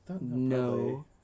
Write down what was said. No